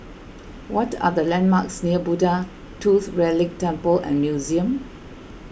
what are the landmarks near Buddha Tooth Relic Temple and Museum